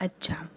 अच्छा